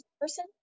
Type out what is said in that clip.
person